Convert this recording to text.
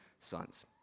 sons